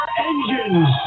engines